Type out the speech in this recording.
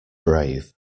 brave